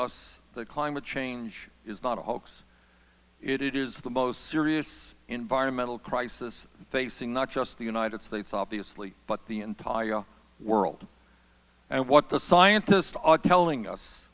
us that climate change is not a hoax it is the most serious environmental crisis facing not just the united states obviously but the entire world and what the scientists are telling us